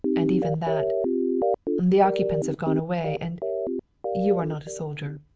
and even that the occupants have gone away, and you are not a soldier.